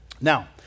Now